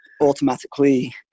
automatically